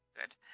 Good